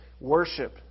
worship